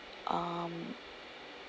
um